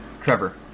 Trevor